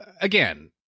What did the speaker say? again